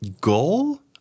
Goal